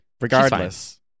Regardless